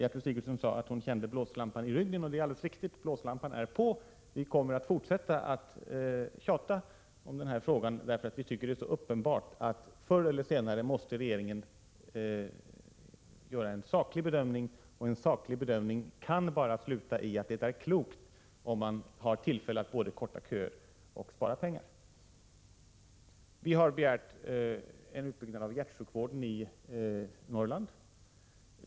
Gertrud Sigurdsen sade att hon kände blåslampan i ryggen. Det är alldeles riktigt — blåslampan är på. Vi kommer att fortsätta att tjata om den här frågan, därför att det är så uppenbart att regeringen förr eller senare måste göra en saklig bedömning, och en sådan kan bara sluta i att det är klokt, om man har tillfälle, att både förkorta köer och spara pengar. Vi har begärt en utbyggnad av hjärtsjukvården i Norrland.